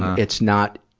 it's not,